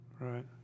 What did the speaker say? Right